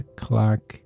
clock